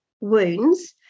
wounds